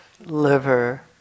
liver